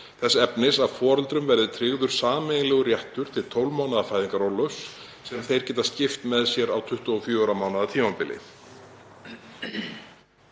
þess efnis að foreldrum verði tryggður sameiginlegur réttur til tólf mánaða fæðingarorlofs sem þeir geti skipt með sér á 24 mánaða tímabili.“